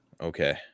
okay